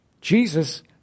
Jesus